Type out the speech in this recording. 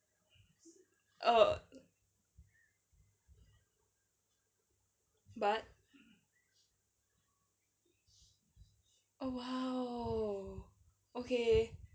oh but oh !wow! okay